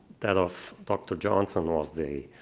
that of dr. johnsen of the,